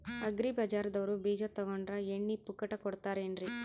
Agri ಬಜಾರದವ್ರು ಬೀಜ ತೊಗೊಂಡ್ರ ಎಣ್ಣಿ ಪುಕ್ಕಟ ಕೋಡತಾರೆನ್ರಿ?